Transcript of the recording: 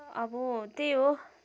अब त्यही हो